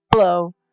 Hello